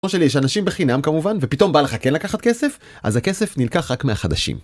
כמו שלי יש אנשים בחינם כמובן, ופתאום בא לך כן לקחת כסף, אז הכסף נלקח רק מהחדשים.